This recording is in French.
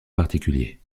particulier